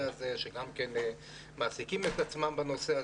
הזה ושגם מעסיקים את עצמם בנושא הזה.